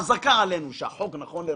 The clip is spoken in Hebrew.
חזקה עלינו שהחוק נכון.